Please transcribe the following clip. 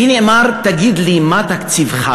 כי נאמר: תגיד לי מה תקציבך,